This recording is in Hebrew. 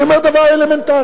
אני אומר דבר אלמנטרי: